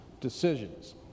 Decisions